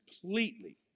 completely